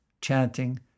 chanting